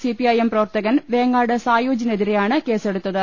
C P I M പ്രവർത്തകൻ വേങ്ങാട് സായൂജിനെതിരെയാണ് കേസെടുത്തത്